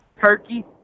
turkey